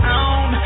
on